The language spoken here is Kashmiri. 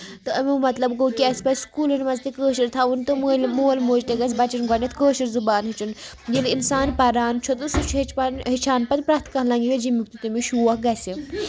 تہٕ اَمیُک مطلب گوٚو کہِ اَسہِ پَزِ سکوٗلن منٛز تہِ کٲشُر تھاوُن تہٕ مول موج تہِ گژھِ بَچن گۄڈٕنیٚتھ کٲشُر زُبان ہٮ۪چھُن ییٚلہِ اِنسان پَران چھُ تہٕ سُہ چھُ ہٮ۪چھان پَتہٕ پرٮ۪تھ کانٛہہ لینگویج ییٚمیُک تہِ تٔمِس شوق گژھِ